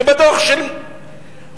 זה בדוח של הממשלה.